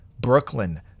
Brooklyn